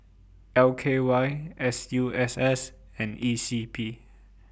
L K Y S U S S and E C P